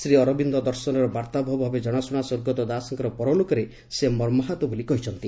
ଶ୍ରୀ ଅରବିନ୍ଦ ଦର୍ଶନର ବାର୍ଉାବହ ଭାବେ ଜଣାଶ୍ବଣା ସ୍ୱର୍ଗତ ଦାସଙ୍କର ପରଲୋକରେ ସେ ମର୍ମାହତ ବୋଲି କହିଛନ୍ତି